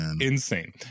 insane